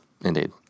Indeed